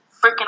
freaking